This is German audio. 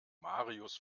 marius